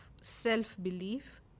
self-belief